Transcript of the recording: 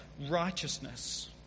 righteousness